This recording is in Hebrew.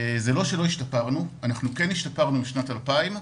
זה לא שלא השתפרנו, אנחנו כן השתפרנו משנת 2000,